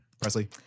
Presley